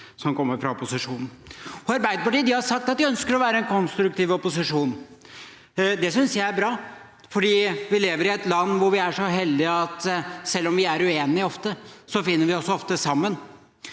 som kommer fra opposisjonen, for Arbeiderpartiet har sagt at de ønsker å være en konstruktiv opposisjon. Det synes jeg er bra, fordi vi lever i et land hvor vi er så heldige at selv om vi er uenige ofte, finner vi også ofte sammen.